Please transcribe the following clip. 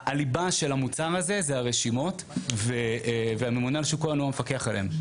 הליבה של המוצר הזה זה הרשימות והממונה על שוק ההון הוא המפקח עליהן.